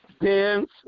dance